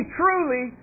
truly